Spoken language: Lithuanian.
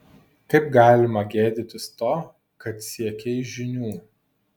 kaip galima gėdytis to kad siekei žinių